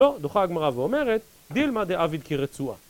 לא, דוחה הגמרא ואומרת, דלמא דעביד כרצועה